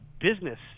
business